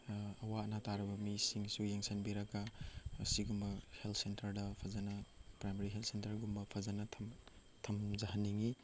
ꯑꯋꯥ ꯑꯅꯥ ꯇꯥꯔꯕ ꯃꯤꯁꯤꯡꯒꯤꯁꯨ ꯌꯦꯡꯁꯤꯟꯕꯤꯔꯒ ꯑꯁꯤꯒꯨꯝꯕ ꯍꯦꯜꯠ ꯁꯦꯟꯇꯔꯗ ꯐꯖꯅ ꯄ꯭ꯔꯥꯏꯃꯔꯤ ꯍꯦꯜꯠ ꯁꯦꯟꯇꯔꯒꯨꯝꯕ ꯐꯖꯅ ꯊꯝꯖꯍꯟꯅꯤꯡꯉꯤ